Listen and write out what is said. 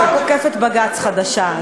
הצעת חוק עוקפת-בג"ץ חדשה.